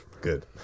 Good